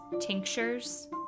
tinctures